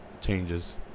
changes